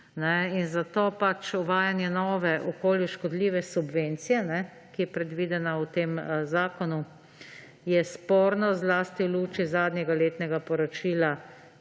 Zato uvajanje nove, okolju škodljive, subvencije, ki je predvidena v tem zakonu, je sporno zlasti v luči zadnjega letnega poročila